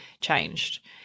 changed